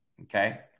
Okay